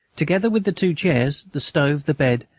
together with the two chairs, the stove, the bed,